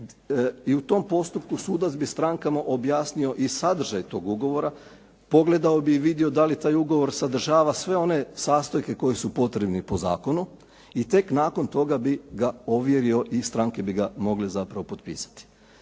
i u tom postupku sudac bi strankama objasnio i sadržaj tog ugovora, pogledao bi i vidio da li taj ugovor sadržava sve one sastojke koji su potrebni po zakonu i tek nakon toga bi ga ovjerio i stranke bi ga mogle zapravo potpisati.